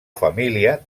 família